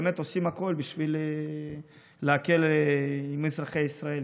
באמת עושים הכול כדי להקל על אזרחי ישראל,